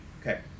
Okay